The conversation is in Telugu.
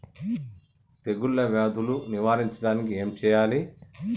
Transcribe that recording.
తెగుళ్ళ వ్యాధులు నివారించడానికి ఏం చేయాలి?